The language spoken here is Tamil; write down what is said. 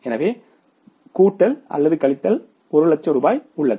எனவே கூட்டல் அல்லது கழித்தல் 1 லட்சம் ரூபாயாக உள்ளது